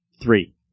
Three